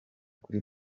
kuri